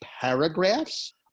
paragraphs